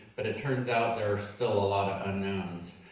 but it turns out there are still a lot of unknowns.